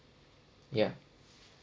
ya